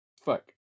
Fuck